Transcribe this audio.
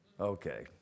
Okay